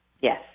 Yes